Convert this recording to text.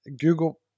google